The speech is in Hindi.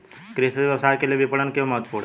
कृषि व्यवसाय के लिए विपणन क्यों महत्वपूर्ण है?